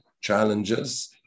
challenges